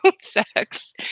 sex